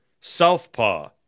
Southpaw